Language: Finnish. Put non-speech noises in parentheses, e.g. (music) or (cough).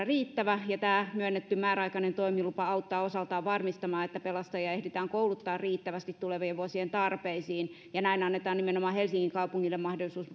(unintelligible) riittävä henkilöstömäärä ja tämä myönnetty määräaikainen toimilupa auttaa osaltaan varmistamaan että pelastajia ehditään kouluttaa riittävästi tulevien vuosien tarpeisiin ja näin annetaan nimenomaan helsingin kaupungille mahdollisuus (unintelligible)